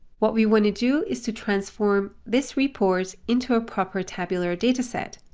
what we want to do is to transform this report into a proper tabular data set.